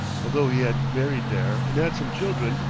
although he had married there and had some children,